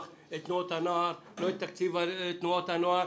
את תנועות הנוער לא את תקציב תנועות הנוער,